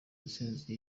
ntsinzi